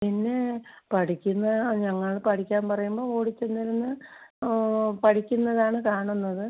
പിന്നെ പഠിക്കുന്നു ഞങ്ങൾ പഠിക്കാൻ പറയുമ്പോൾ ഓടി ചെന്നിരുന്ന് ഓ പഠിക്കുന്നതാണ് കാണുന്നത്